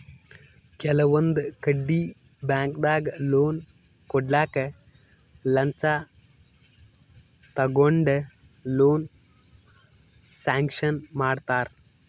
ಕೆಲವೊಂದ್ ಕಡಿ ಬ್ಯಾಂಕ್ದಾಗ್ ಲೋನ್ ಕೊಡ್ಲಕ್ಕ್ ಲಂಚ ತಗೊಂಡ್ ಲೋನ್ ಸ್ಯಾಂಕ್ಷನ್ ಮಾಡ್ತರ್